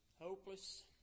hopeless